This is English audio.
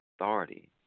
authority